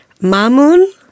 Mamun